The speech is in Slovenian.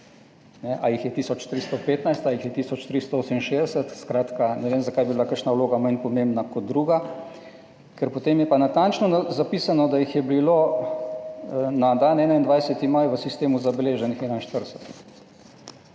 A jih je tisoč 315 ali jih je tisoč 368, skratka, ne vem, zakaj bi bila kakšna vloga manj pomembna kot druga, ker potem je pa natančno zapisano, da jih je bilo na dan 21. maj v sistemu zabeleženih 41,